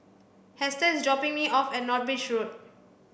Hester is dropping me off at North Bridge Road